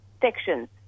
Sections